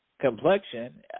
complexion